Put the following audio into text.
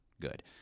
good